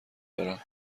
دارم